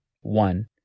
One